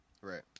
Right